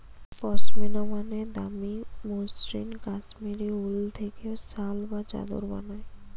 পশমিনা মানে দামি মসৃণ কাশ্মীরি উল থেকে শাল বা চাদর বানায়